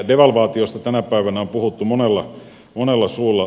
devalvaatiosta tänä päivänä on puhuttu monella suulla